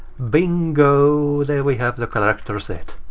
bingo. there we have the character set.